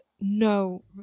no